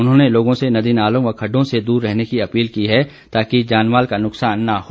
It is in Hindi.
उन्होंने लोगों से नदी नालों व खड्डों से दूर रहने की अपील की है ताकि जान माल का नुकसान न हो